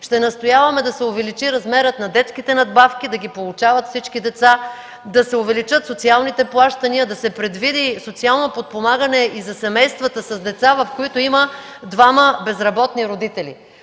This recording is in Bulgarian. ще настояваме да се увеличи размерът на детските надбавки, да ги получават всички деца, да се увеличат социалните плащания, да се предвиди социално подпомагане и за семействата с деца, в които има двама безработни родители.